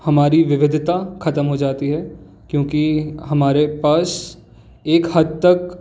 हमारी विविधता खत्म हो जाती है क्योंकि हमारे पास एक हद तक